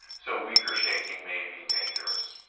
so weaker shaking may be dangerous.